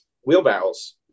wheelbarrows